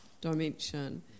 dimension